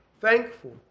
thankful